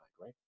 right